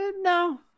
no